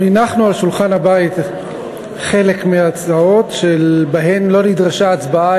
הנחנו על שולחן הבית חלק מההצעות שבהן לא נדרשה הצבעה,